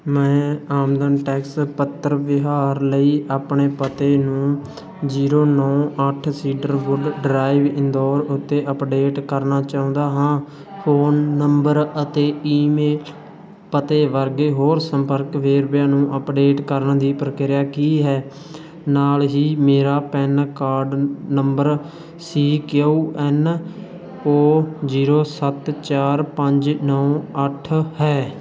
ਮੈਂ ਆਮਦਨ ਟੈਕਸ ਪੱਤਰ ਵਿਹਾਰ ਲਈ ਆਪਣੇ ਪਤੇ ਨੂੰ ਜ਼ੀਰੋੋ ਨੌਂ ਅੱਠ ਸੀਡਰਵੁੱਡ ਡਰਾਈਵ ਇੰਦੌਰ ਉੱਤੇ ਅਪਡੇਟ ਕਰਨਾ ਚਾਹੁੰਦਾ ਹਾਂ ਫੋਨ ਨੰਬਰ ਅਤੇ ਈਮੇਲ ਪਤੇ ਵਰਗੇ ਹੋਰ ਸੰਪਰਕ ਵੇਰਵਿਆਂ ਨੂੰ ਅਪਡੇਟ ਕਰਨ ਦੀ ਪ੍ਰਕਿਰਿਆ ਕੀ ਹੈ ਨਾਲ ਹੀ ਮੇਰਾ PAN card number C K U N O zero ਸੱਤ ਚਾਰ ਪੰਜ ਨੌਂ ਅੱਠ ਹੈ